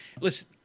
listen